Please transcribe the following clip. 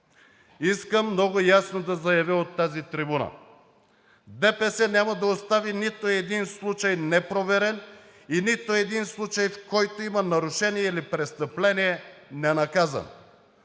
Искам много ясно да заявя от тази трибуна – ДПС няма да остави нито един случай непроверен и нито един случай, в който има нарушение или престъпление ненаказано,